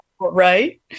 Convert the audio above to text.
Right